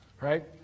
Right